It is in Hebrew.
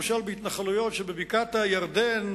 למשל בהתנחלויות שבבקעת-הירדן,